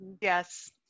Yes